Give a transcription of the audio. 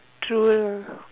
true lah